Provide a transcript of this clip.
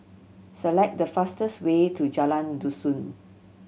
select the fastest way to Jalan Dusun